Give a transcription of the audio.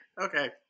okay